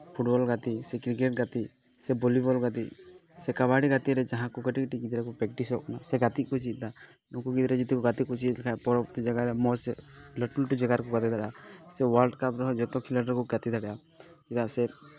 football ᱜᱟᱛᱮᱜ ᱥᱮ cricket ᱜᱟᱛᱮᱜ ᱥᱮ ᱵᱷᱚᱞᱤᱵᱚᱞ ᱜᱟᱛᱮᱜ ᱥᱮ ᱠᱟᱵᱟᱰᱤ ᱜᱟᱛᱮᱜ ᱨᱮ ᱡᱟᱦᱟᱸ ᱠᱚ ᱠᱟᱹᱴᱤᱡ ᱠᱟᱹᱴᱤᱡ ᱜᱤᱫᱽᱨᱟᱹ ᱠᱚ ᱯᱨᱮᱠᱴᱤᱥᱚᱜ ᱠᱟᱱᱟ ᱥᱮ ᱜᱟᱛᱮᱜ ᱠᱚ ᱪᱤᱫ ᱫᱟ ᱱᱩᱠᱩ ᱜᱤᱫᱽᱨᱟᱹ ᱡᱩᱫᱤ ᱜᱟᱛᱮ ᱠᱚ ᱪᱮᱫ ᱞᱮᱠᱷᱟᱡ ᱯᱚᱨᱚᱵᱚᱨᱛᱤ ᱡᱟᱭᱜᱟ ᱨᱮ ᱢᱚᱡᱽ ᱞᱟᱹᱴᱩ ᱞᱟᱹᱴᱩ ᱡᱟᱭᱜᱟ ᱨᱮᱠᱚ ᱜᱟᱛᱮ ᱫᱟᱲᱮᱭᱟᱜᱼᱟ ᱥᱮ ᱚᱣᱟᱨᱞᱰᱠᱟᱯ ᱨᱮᱦᱚᱸ ᱡᱚᱛᱚ ᱠᱷᱤᱞᱳᱰ ᱨᱮᱠᱚ ᱜᱟᱛᱮ ᱫᱟᱲᱮᱭᱟᱜᱼᱟ ᱪᱮᱫᱟᱜ ᱥᱮ